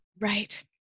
Right